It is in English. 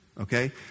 Okay